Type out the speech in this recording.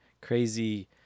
crazy